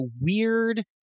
weird